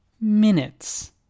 Minutes